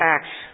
Acts